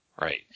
Right